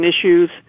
issues